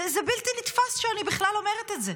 זה בלתי נתפס שאני בכלל אומרת את זה.